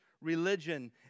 religion